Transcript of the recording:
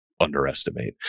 underestimate